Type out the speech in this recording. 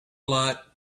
lot